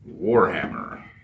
warhammer